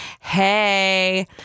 Hey